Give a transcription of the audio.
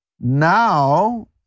Now